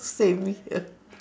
same here